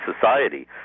society